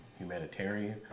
humanitarian